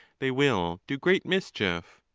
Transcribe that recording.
they will do great mischief.